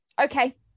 Okay